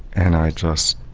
and i just,